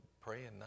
praying